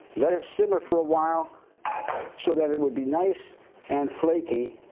let it simmer for awhile so that it would be nice and flaky,